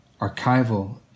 archival